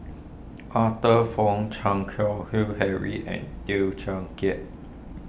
Arthur Fong Chan Keng Howe Harry and Teow Kiat